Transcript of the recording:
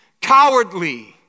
cowardly